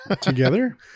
together